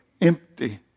empty